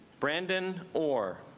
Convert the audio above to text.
brandon or